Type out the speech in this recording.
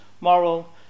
moral